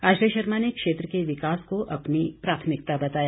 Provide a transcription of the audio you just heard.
आश्रय शर्मा ने क्षेत्र के विकास को अपनी प्राथमिकता बताया